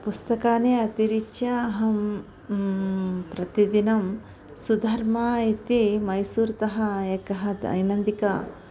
पुस्तकानि अतिरिच्य अहं प्रतिदिनं सुधर्मा इति मैसूर्तः एकः दैनन्दिनं